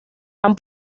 han